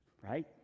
right